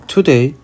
Today